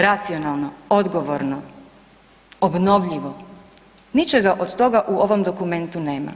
Racionalno, odgovorno, obnovljivo, ničega od toga u ovom dokumentu nema.